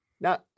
Now